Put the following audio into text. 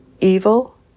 Evil